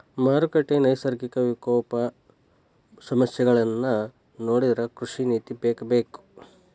ಮಾರುಕಟ್ಟೆ, ನೈಸರ್ಗಿಕ ವಿಪಕೋಪದ ಸಮಸ್ಯೆಗಳನ್ನಾ ನೊಡಿದ್ರ ಕೃಷಿ ನೇತಿ ಬೇಕಬೇಕ